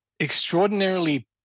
extraordinarily